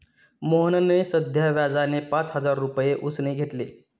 मोहनने साध्या व्याजाने पाच हजार रुपये उसने घेतले